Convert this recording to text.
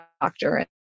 doctor